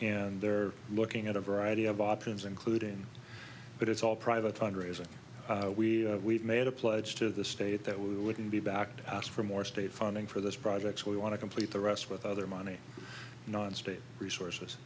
and they're looking at a variety of options including but it's all private fundraisers we we've made a pledge to the state that we wouldn't be back to ask for more state funding for those projects we want to complete the rest with other money non state resources